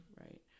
Right